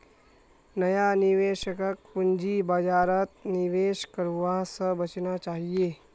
नया निवेशकक पूंजी बाजारत निवेश करवा स बचना चाहिए